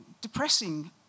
depressing